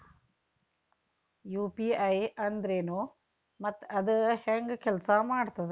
UPI ಅಂದ್ರೆನು ಮತ್ತ ಅದ ಹೆಂಗ ಕೆಲ್ಸ ಮಾಡ್ತದ